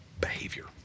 behavior